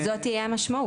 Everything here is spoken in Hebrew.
זאת תהיה המשמעות.